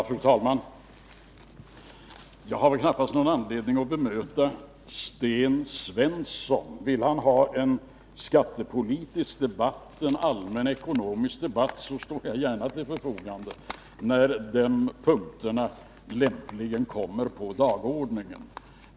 Fru talman! Jag har väl knappast någon anledning att bemöta Sten Svensson. Vill han ha en skattepolitisk debatt eller en allmän ekonomisk debatt, står jag gärna till förfogande när de punkterna kommer på dagordningen.